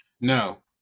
No